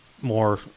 more